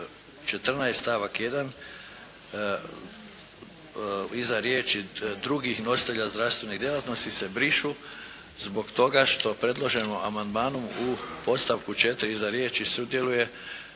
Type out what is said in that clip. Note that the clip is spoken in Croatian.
14. stavak 1. iza riječi: "drugih nositelja zdravstvenih djelatnosti" se brišu zbog toga što predlažemo amandmanom u podstavku 4. iza riječi: "sudjeluje